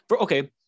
okay